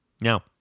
Now